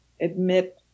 admit